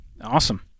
Awesome